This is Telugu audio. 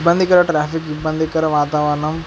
ఇబ్బందికర ట్రాఫిక్ ఇబ్బందికర వాతావరణం